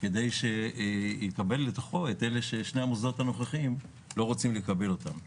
כדי שיקבל את אלה ששני המוסדות הנוכחיים לא רוצים לקבל אותם.